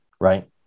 right